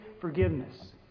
forgiveness